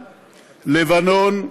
לבנון,